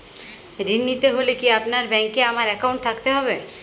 ঋণ নিতে হলে কি আপনার ব্যাংক এ আমার অ্যাকাউন্ট থাকতে হবে?